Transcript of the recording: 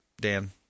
Dan